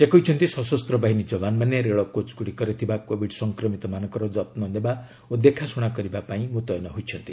ସେ କହିଛନ୍ତି ସଶସ୍ତ ବାହିନୀ ଯବାନମାନେ ରେଳ କୋଚ୍ଗୁଡ଼ିକରେ ଥିବା କୋଭିଡ୍ ସଂକ୍ରମିତମାନଙ୍କ ଯତ୍ନ ନେବା ଓ ଦେଖାଶୁଣା କରିବା ପାଇଁ ମୁତୟନ ହୋଇଛନ୍ତି